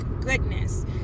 goodness